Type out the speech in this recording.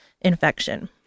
infection